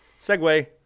Segway